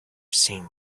seen